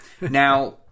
Now